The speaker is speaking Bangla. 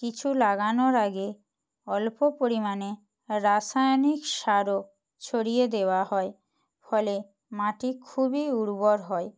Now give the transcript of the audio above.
কিছু লাগানোর আগে অল্প পরিমাণে রাসায়নিক সারও ছড়িয়ে দেওয়া হয় ফলে মাটি খুবই উর্বর হয়